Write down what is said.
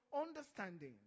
understanding